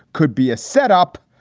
could be a setup.